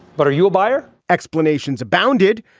but are you a buyer? explanations abounded.